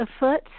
afoot